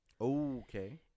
Okay